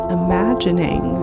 imagining